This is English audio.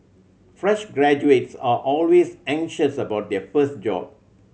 fresh graduates are always anxious about their first job